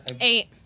Eight